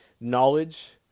knowledge